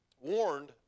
warned